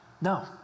No